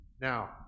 now